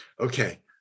Okay